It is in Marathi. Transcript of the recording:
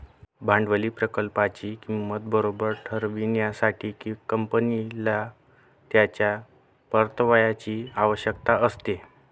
भांडवली प्रकल्पाची किंमत बरोबर ठरविण्यासाठी, कंपनीला त्याच्या परताव्याची आवश्यकता असते